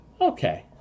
Okay